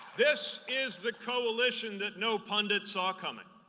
this is the coalition that no pundits saw coming